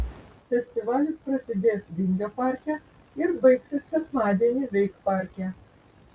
festivalis prasidės vingio parke ir baigsis sekmadienį veikparke